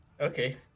okay